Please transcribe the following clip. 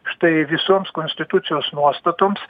štai visoms konstitucijos nuostatoms